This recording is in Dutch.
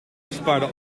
bespaarde